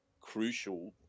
crucial